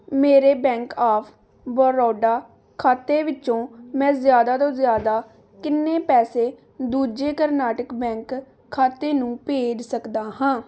ਮੇਰੇ bank of Baroda ਖਾਤੇ ਵਿੱਚੋਂ ਮੈਂ ਜ਼ਿਆਦਾ ਤੋਂ ਜ਼ਿਆਦਾ ਕਿੰਨੇ ਪੈਸੇ ਦੂਜੇ ਕਰਨਾਟਕ ਬੈਂਕ ਖਾਤੇ ਨੂੰ ਭੇਜ ਸਕਦਾ ਹਾਂ